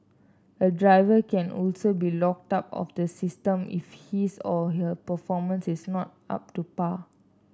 a driver can also be locked out of the system if his or her performance is not up to par